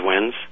wins